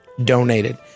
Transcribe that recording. Donated